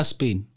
Spain